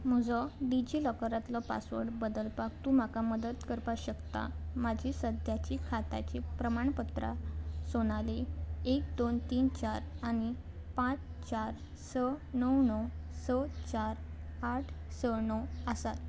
म्हजो डिजिलॉकरांतलो पासवर्ड बदलपाक तूं म्हाका मदत करपा शकता म्हाजी सद्याची खात्याची प्रमाणपत्रां सोनाली एक दोन तीन चार आनी पांच चार स णव णव स चार आठ स णव आसात